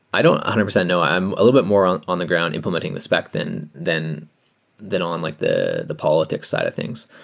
i don't one hundred percent know. i'm a little bit more on on the ground imp lementing the spec than than than on like the the politics side of things.